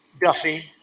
Duffy